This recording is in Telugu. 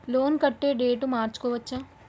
లోన్ కట్టే డేటు మార్చుకోవచ్చా?